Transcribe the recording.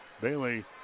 Bailey